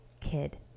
kid